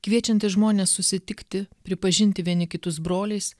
kviečiantis žmones susitikti pripažinti vieni kitus broliais